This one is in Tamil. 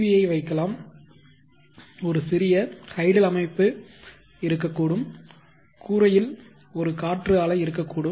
வி ஐ வைக்கலாம் ஒரு சிறிய ஹைட்ல் அமைப்பு இருக்கக்கூடும் கூரையில் ஒரு காற்று ஆலை இருக்கக்கூடும்